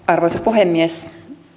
arvoisa puhemies